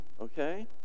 okay